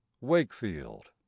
Wakefield